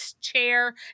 chair